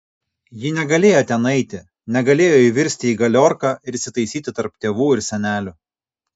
ji negalėjo ten eiti negalėjo įvirsti į galiorką ir įsitaisyti tarp tėvų ir senelių